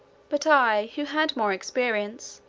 but i, who had more experience,